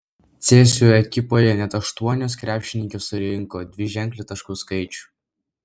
cėsių ekipoje net aštuonios krepšininkės surinko dviženklį taškų skaičių